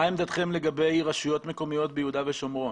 מה עמדתם לגבי רשויות מקומיות ביהודה ושומרון?